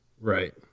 Right